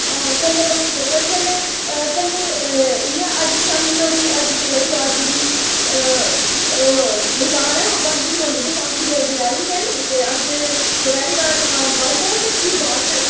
हां कल्लै परसूं तक्कर कन्नै कन्नै इ'यां अज्ज शामीं धोड़ी अज्ज दपैह्री बाद जेह्ड़ी दकान ऐ ना बंद बी रौह्नी बसाखी दी अज्ज रैल्ली ऐ निं ते अज्ज दपैह्री बाद दकान बंद ऐ ते फ्ही बाद च